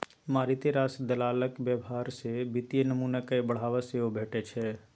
मारिते रास दलालक व्यवहार सँ वित्तीय नमूना कए बढ़ावा सेहो भेटै छै